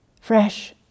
fresh